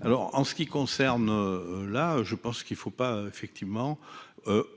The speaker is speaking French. alors en ce qui concerne la je pense qu'il ne faut pas effectivement